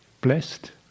blessed